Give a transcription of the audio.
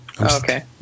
Okay